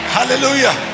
Hallelujah